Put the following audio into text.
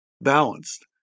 balanced